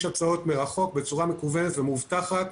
הצעות מרחוק בצורה מקוונת ומאובטחת,